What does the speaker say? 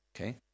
Okay